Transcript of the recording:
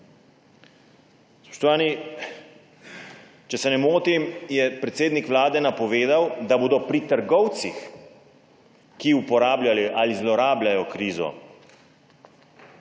Spoštovani, če se ne motim, je predsednik Vlade napovedal, da bodo pri trgovcih, ki uporabljajo ali zlorabljajo krizo